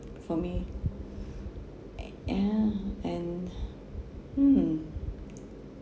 for me eh yeah and mm